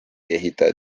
ehitaja